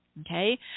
okay